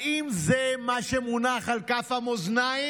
האם זה מה שמונח על כף המאזניים?